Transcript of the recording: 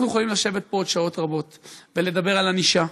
אנחנו יכולים לשבת פה עוד שעות רבות ולדבר על ענישה,